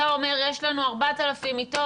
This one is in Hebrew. אתה אומר שיש לנו 4,000 מיטות,